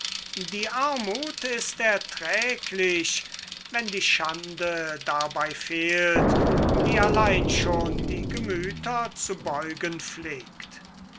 die armuth ist erträglich wenn die schande dabei fehlt die allein schon die gemüther zu beugen pflegt